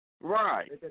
Right